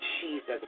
Jesus